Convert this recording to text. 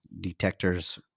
detectors